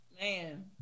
Man